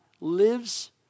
lives